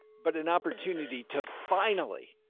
but an opportunity to finally,